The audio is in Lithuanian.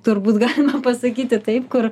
turbūt galime pasakyti taip kur